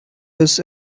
was